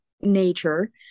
nature